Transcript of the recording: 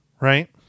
right